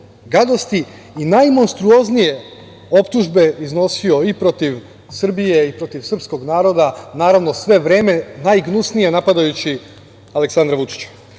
gadosti i najmonstruoznije optužbe iznosio i protiv Srbije i protiv srpskog naroda, naravno, sve vreme najgnusnije napadajući Aleksandra Vučića. Dakle,